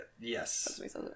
Yes